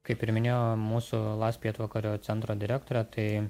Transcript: kaip ir minėjo mūsų las pietvakario centro direktorė tai